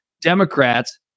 Democrats